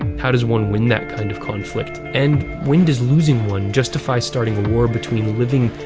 how does one win that kind of conflict? and, when does losing one justify starting a war between living,